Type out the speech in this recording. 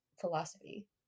philosophy